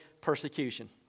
persecution